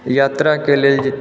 यात्राके लेल जे